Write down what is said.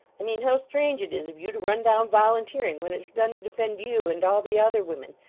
i mean, how strange it is of you to run down volunteering, when it's done to defend you and all the other women,